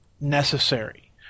necessary